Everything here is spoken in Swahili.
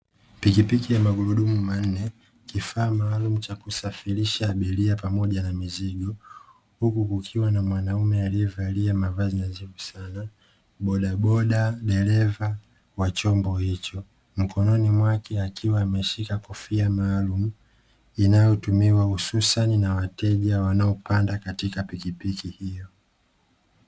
Pikipiki ya magurudumu manne. Kifaa maalumu cha kusafirisha abiria pamoja na mizigo huku kukiwa na mwanaume aliyevalia mavazi nadhifu sana (bodaboda dereva wa chombo hicho) mikononi mwake akiwa ameshika kofia maalumu inayotumiwa hususan na wateja wanaopanda katika pikipiki hiyo.